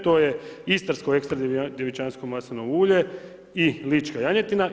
To je istarsko ekstra djevičansko maslinovo ulje i lička janjetina.